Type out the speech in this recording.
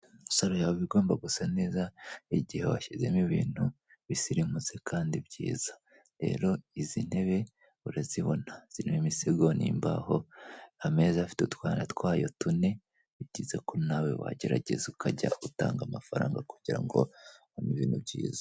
Saro yawe iba igomba gusa neza igihe washyizemo ibintu bisirimutse kandi byiza, rero izi ntebe urazibona zirimo imisego nimbaho, ameza afite utwana twayo tune, ni byiza ko nawe wagerageza ukajya utanga amafaranga kugira ngo ubone ibintu byiza.